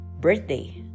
birthday